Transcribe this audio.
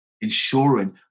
ensuring